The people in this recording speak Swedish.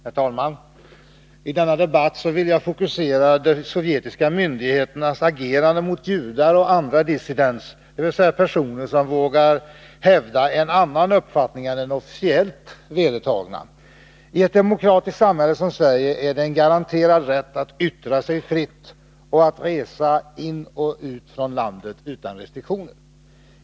Herr talman! I denna debatt vill jag fokusera de sovjetiska myndigheternas agerande mot judar och andra dissidenter, dvs. personer som vågar hävda en annan uppfattning än den officiellt vedertagna. I ett demokratiskt samhälle som Sverige är det en garanterad rätt att man får yttra sig fritt och får resa in i och ut från landet utan restriktioner.